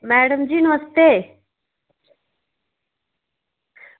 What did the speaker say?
madam ji नमस्ते